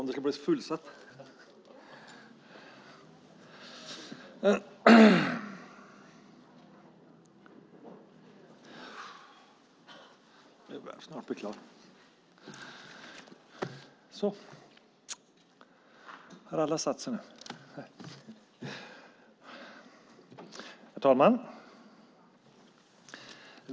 Herr talman!